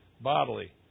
bodily